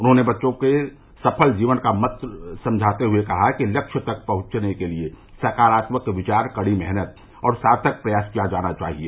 उन्होंने बच्चों को सफल जीवन का मंत्र समझाते हुए कहा कि लक्ष्य तक पहुंचने के लिए सकारात्मक विचार कड़ी मेहनत और सार्थक प्रयास किया जाना चाहिए